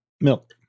Milk